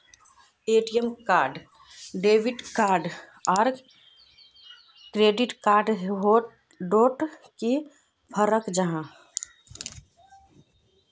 ATM card debit card आर credit card डोट की फरक जाहा?